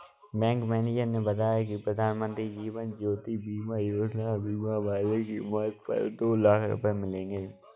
bank manager ने बताया कि प्रधानमंत्री जीवन ज्योति बीमा योजना में बीमा वाले की मौत पर दो लाख रूपये मिलेंगे